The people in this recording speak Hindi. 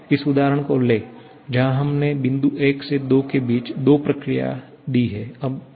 इस उदाहरण को लें जहाँ हमने बिंदु 1 और 2 के बीच दो प्रक्रियाएँ दी हैं